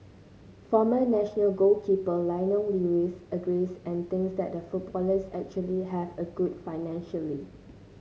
former national goalkeeper Lionel Lewis agrees and thinks that footballers actually have a good financially